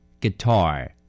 guitar